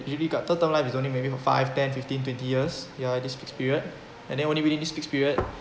you really got third term life is only maybe five ten fifteen twenty years ya this fixed period and then only within this fixed period